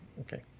Okay